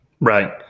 right